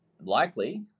likely